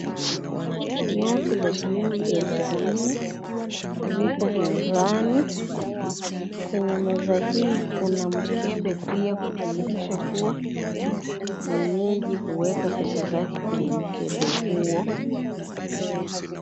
Noti za shilingi elfu nne zipo mezani. Kwenye meza hii kuna mkebe pia kudhihirisha kuwa mwenyeji huweka pesa zake kwenye mkebe huo.